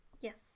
Yes